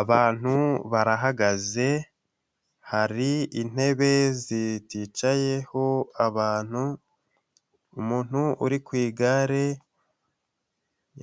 Abantu barahagaze, hari intebe ziticayeho abantu, umuntu uri ku igare